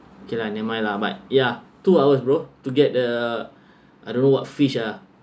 kay lah never mind lah but ya two hours bro to get the I don't know what fish ah